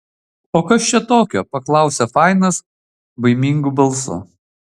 o kas čia tokio paklausė fainas baimingu balsu